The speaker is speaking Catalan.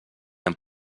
amb